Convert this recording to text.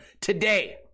today